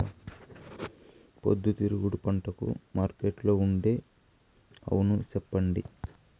పొద్దుతిరుగుడు పంటకు మార్కెట్లో ఉండే అవును చెప్పండి?